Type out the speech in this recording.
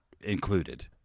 included